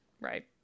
right